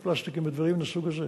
בפלסטיקים ובדברים מהסוג הזה,